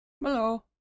Hello